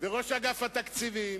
וראש אגף התקציבים,